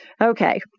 Okay